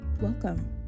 Welcome